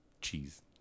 cheese